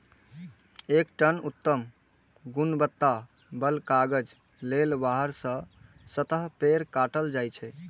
एक टन उत्तम गुणवत्ता बला कागज लेल बारह सं सत्रह पेड़ काटल जाइ छै